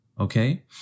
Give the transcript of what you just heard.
Okay